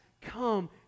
come